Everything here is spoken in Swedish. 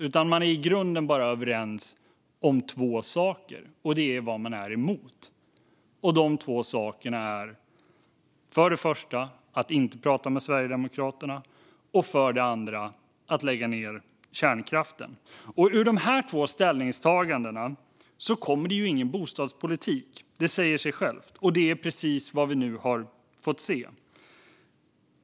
Man är i grunden bara överens om två saker, och det är vad man är emot. För det första ska man inte prata med Sverigedemokraterna och för det andra ska man lägga ned kärnkraften. Ur de här två ställningstagandena kommer det ingen bostadspolitik. Det säger sig självt, och det är precis vad vi nu har fått se.